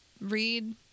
read